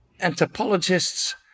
Anthropologists